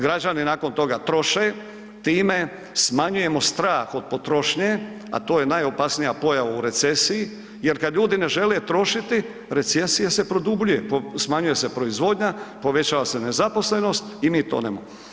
Građani nakon toga troše, time smanjujemo strah od potrošnje, a to je najopasnija pojava u recesiji jer kada ljudi ne žele trošiti recesija se produbljuje, smanjuje se proizvodnja, povećava se nezaposlenost i mi tonemo.